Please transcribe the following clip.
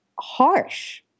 harsh